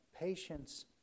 Patience